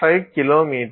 5 kilometre